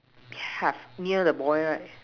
have near the boy right